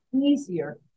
easier